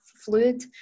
fluid